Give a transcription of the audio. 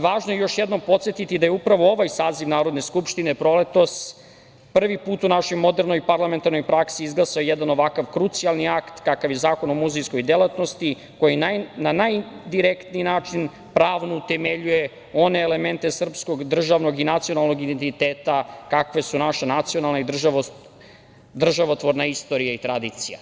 Važno je još jednom podsetiti da je upravo ovaj saziv Narodne skupštine proletos prvi put u našoj modernoj i parlamentarnoj praksi izglasao jedan ovakav krucijalni akt, kakav je Zakon o muzejskoj delatnosti, koji na najdirektniji način pravno utemeljuje one elemente srpskog, državnog i nacionalnog identiteta, kakve su naše nacionalne i državotvorne istorija i tradicija.